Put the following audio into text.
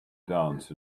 dance